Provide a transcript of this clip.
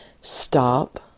stop